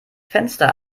fenster